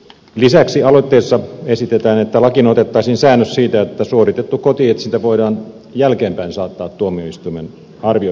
lisäksi aloitteessa esitetään että lakiin otettaisiin säännös siitä että suoritettu kotietsintä voidaan jälkeenpäin saattaa tuomioistuimen arvioitavaksi